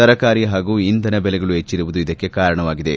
ತರಕಾರಿ ಹಾಗೂ ಇಂಧನ ಬೆಲೆಗಳು ಹೆಚ್ಚಿರುವುದು ಇದಕ್ಕೆ ಕಾರಣವಾಗಿದೆ